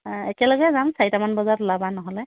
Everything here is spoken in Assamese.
অ একেলেগে যাম চাৰিটামান বজাত ওলাবা নহ'লে